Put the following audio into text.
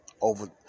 over